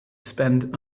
spend